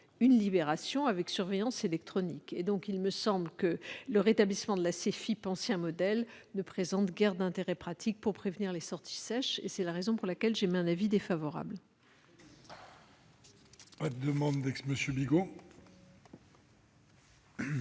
une libération avec surveillance électronique. Il me semble donc que le rétablissement de la SEFIP ancien modèle ne présente guère d'intérêt pratique pour prévenir les sorties sèches. C'est la raison pour laquelle le Gouvernement est défavorable